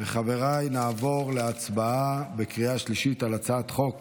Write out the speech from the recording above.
חבריי, נעבור להצבעה בקריאה שלישית על הצעת חוק